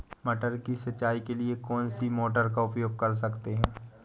मटर की सिंचाई के लिए कौन सी मोटर का उपयोग कर सकते हैं?